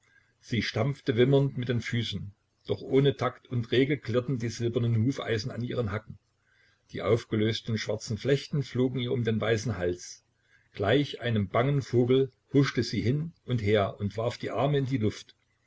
sie stampfte wimmernd mit den füßen doch ohne takt und regel klirrten die silbernen hufeisen an ihren hacken die aufgelösten schwarzen flechten flogen ihr um den weißen hals gleich einem bangen vogel huschte sie hin und her und warf die arme in die luft